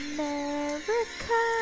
America